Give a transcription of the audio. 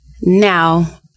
now